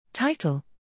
Title